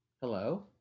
hello